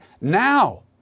now